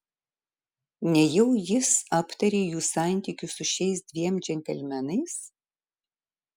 nejau jis aptarė jų santykius su šiais dviem džentelmenais